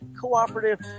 Cooperative